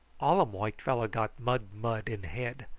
all um white fellow got mud mud in head.